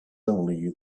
only